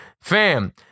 fam